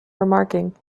remarking